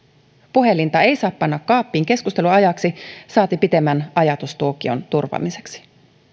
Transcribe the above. puhelinta ei saa panna kaappiin keskustelun ajaksi saati pitemmän ajatustuokion turvaamiseksi